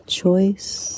Choice